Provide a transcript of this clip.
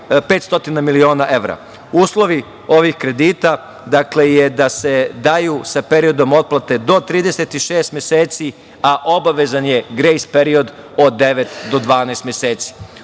500 miliona evra, uslovi ovih kredita je da se daju sa periodom otplate do 36 meseci, a obavezan je grejs period od devet do 12 meseci.